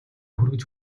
хүргэж